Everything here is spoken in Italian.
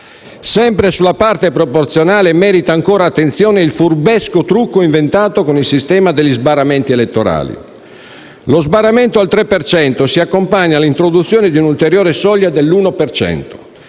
Sempre sulla parte proporzionale, merita attenzione il furbesco trucco inventato con il sistema degli sbarramenti elettorali. Lo sbarramento al 3 per cento si accompagna all'introduzione di un'ulteriore soglia dell'uno